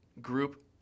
group